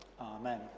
Amen